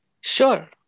Sure